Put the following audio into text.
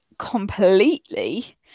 completely